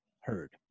heard